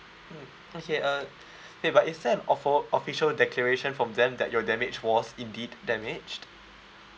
mm okay uh wait but is there an offo~ official declaration from them that your damage was indeed damaged